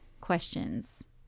questions